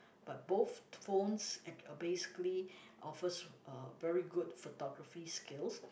but both phones uh basically offers uh very good photography skills